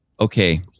Okay